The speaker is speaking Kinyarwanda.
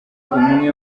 umwe